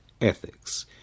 ethics